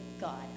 God